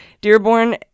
Dearborn